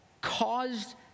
caused